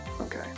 okay